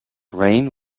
reign